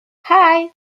hey